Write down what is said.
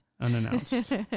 unannounced